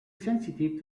sensitive